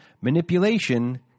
manipulation